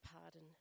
pardon